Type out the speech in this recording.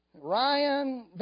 Ryan